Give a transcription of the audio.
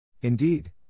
Indeed